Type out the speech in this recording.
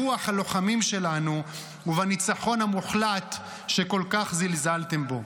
ברוח הלוחמים שלנו ובניצחון המוחלט שכל כך זלזלתם בו.